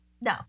No